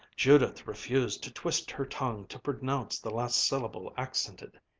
judith refused to twist her tongue to pronounce the last syllable accented,